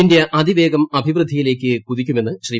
India അത്രിപ്പേഗം അഭിവൃദ്ധിയിലേക്ക് കുതിയ്ക്കുമെന്ന് ശ്രീ